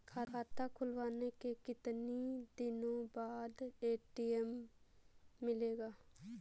खाता खुलवाने के कितनी दिनो बाद ए.टी.एम मिलेगा?